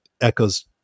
echoes